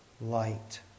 light